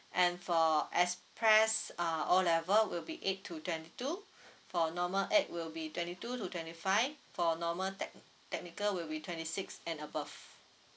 and for express uh O level will be eight to twenty two for normal ac will be twenty two to twenty five for normal tech~ technical will be twenty six and above